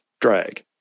drag